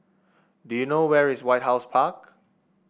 do you know where is White House Park